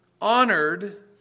honored